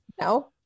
no